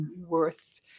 worth